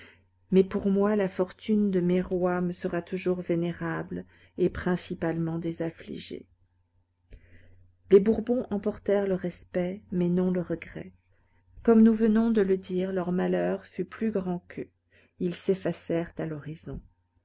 mais pour moi la fortune de mes roys me sera toujours vénérable et principalement des affligés les bourbons emportèrent le respect mais non le regret comme nous venons de le dire leur malheur fut plus grand qu'eux ils s'effacèrent à l'horizon